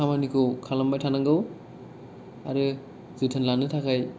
खामानिखौ खालामबाय थानांगौ आरो जोथोन लानो थाखाय